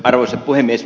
arvoisa puhemies